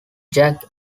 jack